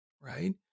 right